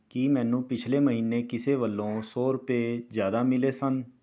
ਕੀ ਮੈਨੂੰ ਪਿਛਲੇ ਮਹੀਨੇ ਕਿਸੇ ਵੱਲੋਂ ਸੌ ਰੁਪਏ ਜ਼ਿਆਦਾ ਮਿਲੇ ਸਨ